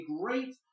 great